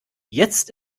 jetzt